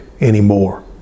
anymore